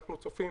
אנחנו צופים